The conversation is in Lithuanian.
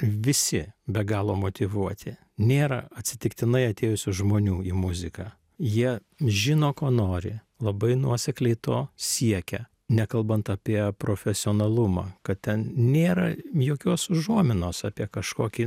visi be galo motyvuoti nėra atsitiktinai atėjusių žmonių į muziką jie žino ko nori labai nuosekliai to siekia nekalbant apie profesionalumą kad ten nėra jokios užuominos apie kažkokį